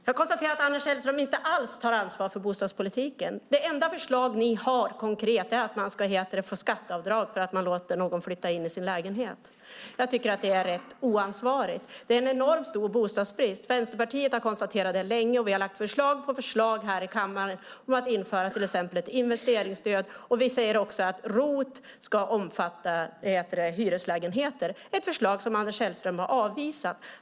Jag konstaterar att Anders Sellström inte alls tar ansvar för bostadspolitiken. Det enda konkreta förslag ni har är att man ska få skatteavdrag för att man låter någon flytta in i sin lägenhet. Jag tycker att det är rätt oansvarigt. Det är en enormt stor bostadsbrist. Vänsterpartiet har konstaterat det länge, och vi har lagt fram förslag på förslag här i kammaren om att införa till exempel ett investeringsstöd. Vi säger också att ROT ska omfatta hyreslägenheter. Det är ett förslag som Anders Sellström har avvisat.